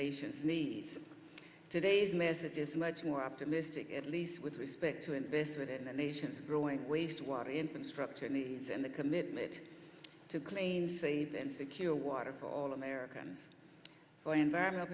nation's needs today's message is much more optimistic at least with respect to investment in the nation's growing wastewater infrastructure needs and the commitment to clean safe and secure water for all american for environmental